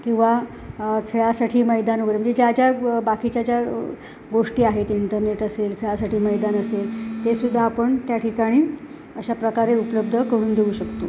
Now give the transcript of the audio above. किंवा खेळासाठी मैदान वगैरे म्हणजे ज्या ज्या बाकीच्या ज्या गोष्टी आहेत इंटरनेट असेल खेळासाठी मैदान असेल ते सुद्धा आपण त्या ठिकाणी अशा प्रकारे उपलब्ध करून देऊ शकतो